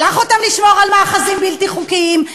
שלח אותם לשמור על מאחזים בלתי חוקיים.